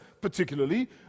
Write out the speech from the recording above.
particularly